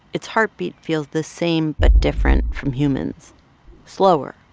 its heartbeat feels the same but different from humans slower,